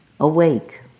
Awake